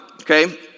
okay